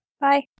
Bye